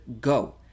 go